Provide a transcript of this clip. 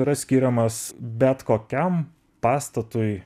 yra skiriamas bet kokiam pastatui